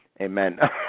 Amen